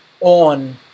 on